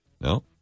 No